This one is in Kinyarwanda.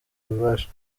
bubasha